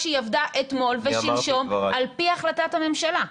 שהם עבדו אתמול ושלשום על פי החלטת הממשלה.